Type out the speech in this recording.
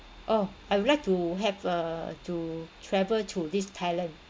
oh I would like to have a to travel to this thailand